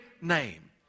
name